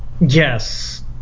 Yes